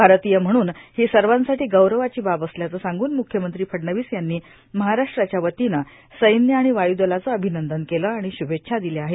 भारतीय म्हणून हो सवासाठी गौरवाची बाब असल्याचं सांगून मुख्यमंत्री फडणवीस यांनी महाराष्ट्राच्यावतीनं सैन्य आर्गण वायू दलाचे र्राभनंदन केलं आर्गण श्भेच्छा दिल्या आहेत